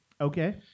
Okay